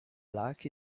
black